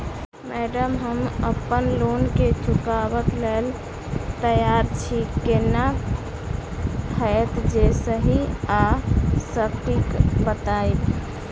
Madam हम अप्पन loan केँ चुकाबऽ लैल तैयार छी केना हएत जे सही आ सटिक बताइब?